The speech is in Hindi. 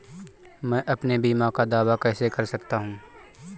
मैं अपने बीमा का दावा कैसे कर सकता हूँ?